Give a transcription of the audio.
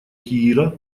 киира